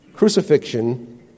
Crucifixion